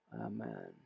Amen